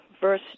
verse